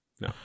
No